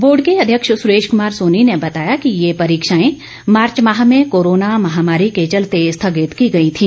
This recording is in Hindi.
बोर्ड के अध्यक्ष सुरेश कुमार सोनी ने बताया कि ये परीक्षाएं मार्च माह में कोरोना महामारी के चलते स्थगित की गई थी